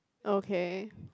okay